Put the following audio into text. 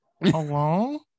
Hello